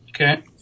Okay